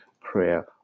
prayer